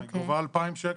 מה, היא גובה 2,000 שקל.